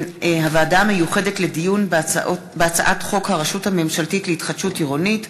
הוועדה המיוחדת לדיון בהצעת חוק הרשות הממשלתית להתחדשות עירונית,